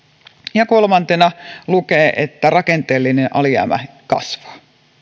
ja kolmantena lukee että rakenteellinen alijäämä kasvaa